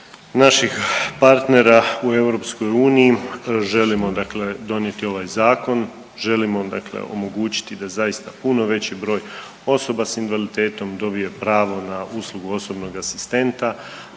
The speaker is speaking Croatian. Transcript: naših partnera u EU želimo dakle donijeti ovaj zakon, želimo dakle omogućiti da zaista puno veći broj osoba s invaliditetom dobije pravo na uslugu osobnog asistenta,